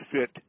fit